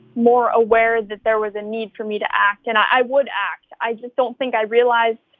more aware that there was a need for me to act, and i would act. i just don't think i realized